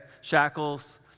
Shackles